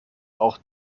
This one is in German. auch